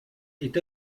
est